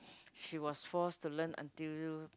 she was forced to learn until